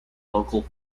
local